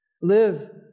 Live